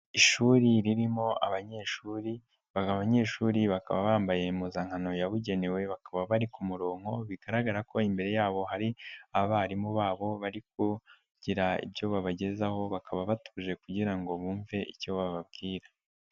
Ishuri ririmo abanyeshuri, abanyeshuri bakaba bambaye impuzankano yabugenewe bakaba bari ku murongo bigaragara ko imbere yabo hari abarimu babo bari kugira ibyo babagezaho bakaba batuje kugira ngo bumve icyo bababwira.